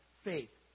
faith